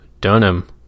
Dunham